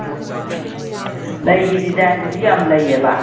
ꯎꯝ ꯂꯩꯒꯤ ꯗꯤꯖꯥꯏꯟꯗꯁꯨ ꯌꯥꯝ ꯂꯩꯌꯦꯕ